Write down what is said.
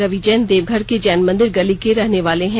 रवि जैन देवघर के जैन मंदिर गली के रहने वाले हैं